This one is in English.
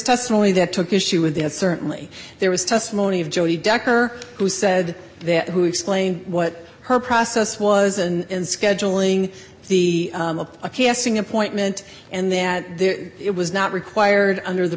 testimony that took issue with the certainly there was testimony of jodi decker who said that who explained what her process was and scheduling the a casting appointment and that there it was not required under the